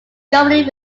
governing